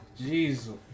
Jesus